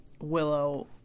Willow